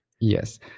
Yes